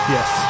Yes